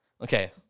Okay